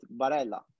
Barella